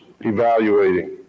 evaluating